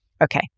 Okay